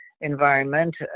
environment